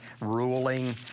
ruling